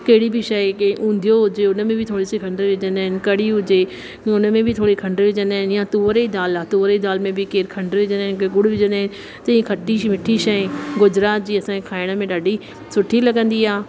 कहिड़ी बि शइ के उंधियो हुजे उनमें बि थोरी सी खंडु विझंदा आहिनि कढ़ी हुजे उनमें बि थोरी खंडु विझंदा आहिनि या तुअर जी दाल आहे तुअर जी दाल में बि केरु खंडु विझंदा आहिनि केरु गुड़ विझंदा आहिनि तीअं खटी शइ मिठी शइ गुजरात जी असांजे खाइण में ॾाढी सुठी लॻंदी आहे